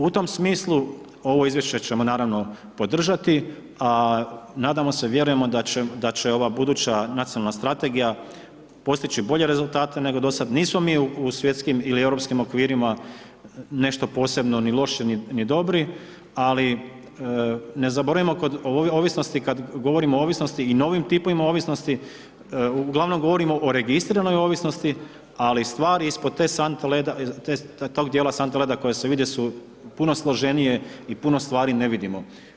U tom smislu ovo izvješće ćemo naravno podržati, a nadamo se vjerujemo da će, da će ova buduća nacionalna strategija postići bolje rezultate nego dosad, nismo mi u svjetskim ili europskim okvirima nešto posebno ni loši ni dobri, ali ne zaboravimo kod ovisnosti, kad govorimo o ovisnosti i novim tipovima ovisnosti, uglavnom govorimo o registriranoj ovisnosti ali stvari ispod te sante leda, tog dijela sante leda koje se vide su puno složenije i puno stvari ne vidimo.